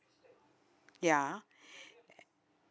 ya